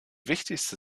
wichtigste